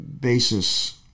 basis